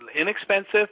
inexpensive